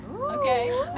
okay